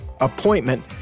appointment